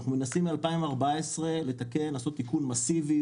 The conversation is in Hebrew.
אנחנו מנסים משנת 2014 לעשות תיקון מסיבי,